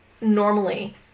normally